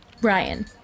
Brian